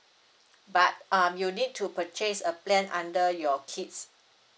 but um you need to purchase a plan under your kids